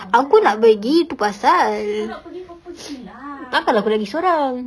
aku nak pergi tu pasal takkan aku nak pergi seorang